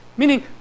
Meaning